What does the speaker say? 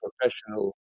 professional